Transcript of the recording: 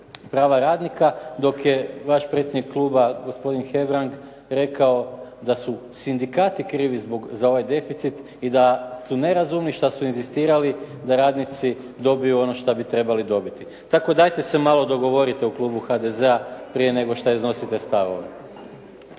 prava radnika dok je vaš predsjednik kluba gospodin Hebrang rekao da su sindikati krivi za ovaj deficit i da su nerazumni šta su inzistirali da radnici dobiju ono što bi trebali dobiti. Tako dajte se malo dogovorite u klubu HDZ-a prije nego šta iznosite stavove.